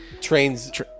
trains